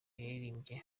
yaririmbye